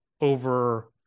over